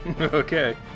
Okay